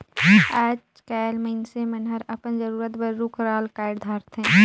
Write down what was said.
आयज कायल मइनसे मन हर अपन जरूरत बर रुख राल कायट धारथे